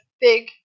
big